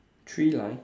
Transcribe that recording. three line